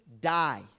die